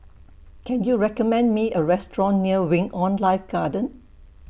Can YOU recommend Me A Restaurant near Wing on Life Garden